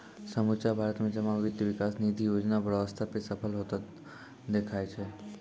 समुच्चा भारत मे जमा वित्त विकास निधि योजना बड़ो स्तर पे सफल होतें देखाय छै